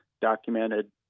documented